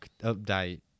update